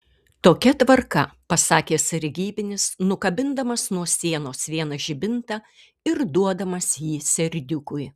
tokia tvarka pasakė sargybinis nukabindamas nuo sienos vieną žibintą ir duodamas jį serdiukui